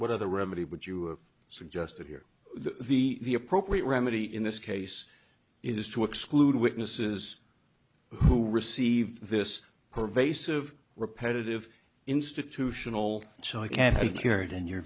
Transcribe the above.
the remedy would you suggest here the appropriate remedy in this case is to exclude witnesses who receive this pervasive repetitive institutional so i can't hear it in your